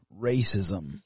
racism